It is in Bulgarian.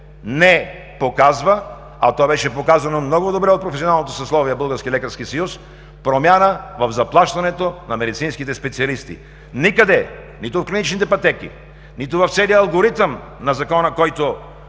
не показва, а то беше показано много добре от професионалното съсловие – Български лекарски съюз, промяна в заплащането на медицинските специалисти. Никъде – нито в клиничните пътеки, нито в целия алгоритъм на Закона, който